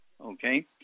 okay